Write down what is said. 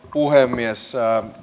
puhemies